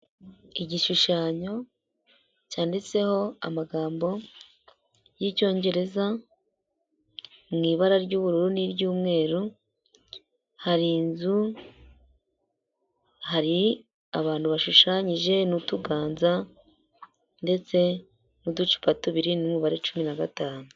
Igishushanyo cyanditseho amagambo y'icyongereza mu ibara ry'ubururu n'iry'umweru, hari inzu, hari abantu bashushanyije n'utuganza ndetse n'uducupa tubiri n'umubare cumi na gatanu.